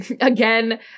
again